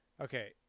Okay